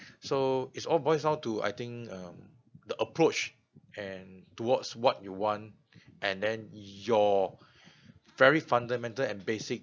so it's all boils down to I think um the approach and towards what you want and then your very fundamental and basic